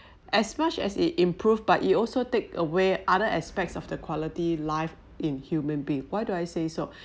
as much as it improve but it also take away other aspects of the quality life in human being why do I say so